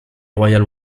royale